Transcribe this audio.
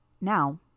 Now